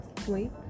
sleep